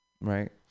right